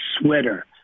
sweater